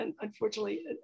Unfortunately